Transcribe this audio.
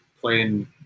playing